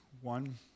One